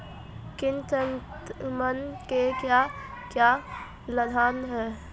कीट संक्रमण के क्या क्या लक्षण हैं?